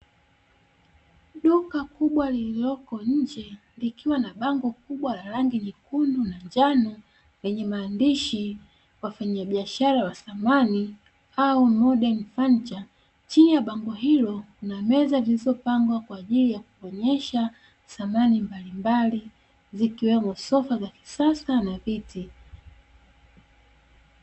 Duka kubwa liliko nje likiwa na bango kubwa lililo na rangi nyekundu na njano lenye maandishi "wafanya biashara wa samani" au "moden furniture". Chini ya bango hilo kuna meza zilizopangwa kwa ajili ya kuonesha samani mbalimbali zikiwemo sofa za kisasa na viti.